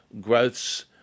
growths